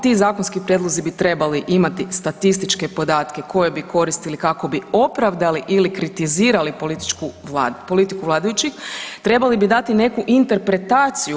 Ti zakonski prijedlozi bi trebali imati statističke podatke koje bi koristili kako bi opravdali ili kritizirali politiku vladajućih, trebali bi dati neku interpretaciju.